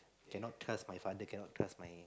cannot trust my father cannot trust my